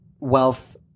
wealth